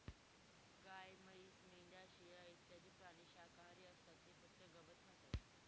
गाय, म्हैस, मेंढ्या, शेळ्या इत्यादी प्राणी शाकाहारी असतात ते फक्त गवत खातात